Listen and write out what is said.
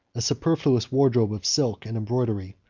a superfluous wardrobe of silk and embroidery,